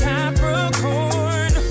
Capricorn